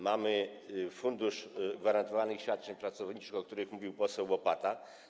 Mamy Fundusz Gwarantowanych Świadczeń Pracowniczych, o którym mówił poseł Łopata.